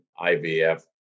IVF